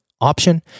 option